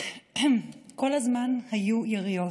כל הזמן היו יריות,